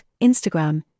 Instagram